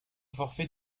forfait